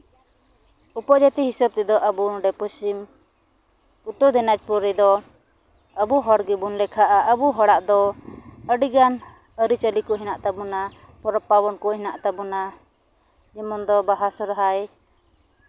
ᱩᱯᱚᱡᱟᱹᱛᱤ ᱦᱤᱥᱟᱹᱵᱽ ᱛᱮᱫᱚ ᱟᱵᱚ ᱱᱚᱰᱮ ᱯᱚᱪᱷᱤᱢ ᱩᱛᱛᱚᱨ ᱫᱤᱱᱟᱡᱽᱯᱩᱨ ᱨᱮᱫᱚ ᱟᱵᱚ ᱦᱚᱲ ᱜᱮᱵᱚᱱ ᱞᱮᱠᱷᱟᱜᱼᱟ ᱟᱵᱚ ᱦᱚᱲᱟᱜ ᱫᱚ ᱟᱹᱰᱤ ᱜᱟᱱ ᱟᱹᱨᱤᱪᱟᱹᱞᱤ ᱠᱚ ᱦᱮᱱᱟᱜ ᱛᱟᱵᱚᱱᱟ ᱯᱚᱨᱚᱵᱽᱼᱯᱟᱨᱵᱚᱱ ᱠᱚ ᱦᱮᱱᱟᱜ ᱛᱟᱵᱚᱱᱟ ᱡᱮᱢᱚᱱ ᱫᱚ ᱵᱟᱦᱟ ᱥᱚᱨᱦᱟᱭ